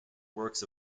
works